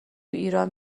ایران